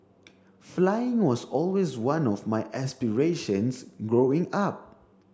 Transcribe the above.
flying was always one of my aspirations growing up